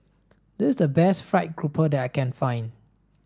this is the best fried grouper that I can find